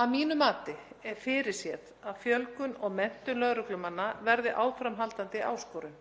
Að mínu mati er fyrirséð að fjölgun og menntun lögreglumanna verði áframhaldandi áskorun.